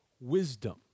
wisdom